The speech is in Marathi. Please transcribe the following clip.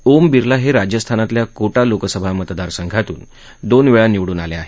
ओम बिर्ला हे राजस्थानातल्या कोटा लोकसभा मतदारसंघातून दोनवेळा निवडून आले आहेत